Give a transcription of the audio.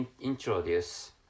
introduce